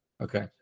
Okay